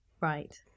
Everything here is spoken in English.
Right